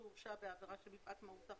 שהורשע בעבירה שמפאת מהותה,